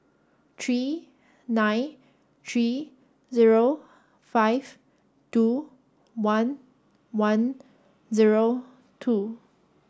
three nine three zero five two one one zero two